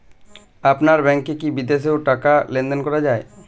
আপনার ব্যাংকে কী বিদেশিও টাকা লেনদেন করা যায়?